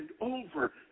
over